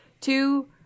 two